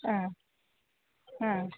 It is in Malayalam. അ അ